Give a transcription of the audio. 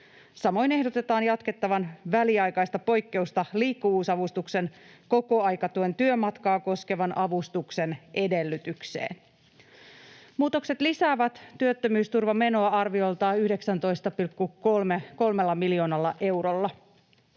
Samoin ehdotetaan jatkettavan väliaikaista poikkeusta liikkuvuus-avustuksen kokoaikatyön työmatkaa koskevan avustuksen edellytykseen. Muutokset lisäävät työttömyysturvamenoa arviolta 19,3 miljoonalla eurolla.